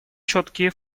четкие